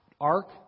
ark